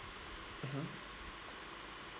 mmhmm